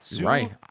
right